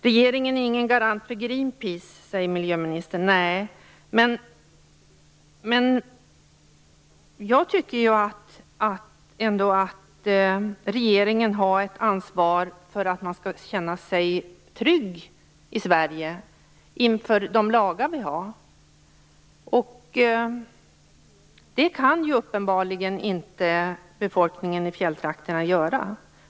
Regeringen är ingen garant för Greenpeace, säger miljöministern. Nej, men jag tycker ändå att regeringen har ett ansvar för att vi i Sverige skall känna oss trygga inför de lagar vi har, vilket befolkningen i fjälltrakterna uppenbarligen inte kan göra.